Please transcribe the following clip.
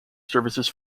services